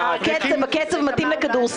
שלמה,